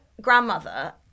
grandmother